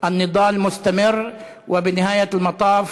המאבק ממשיך.